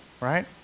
right